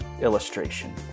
illustration